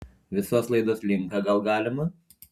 visos laidos linką gal galima